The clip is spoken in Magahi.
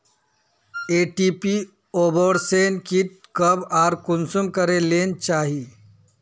एम.टी.पी अबोर्शन कीट कब आर कुंसम करे लेना चही?